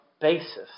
basis